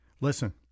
listen